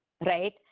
right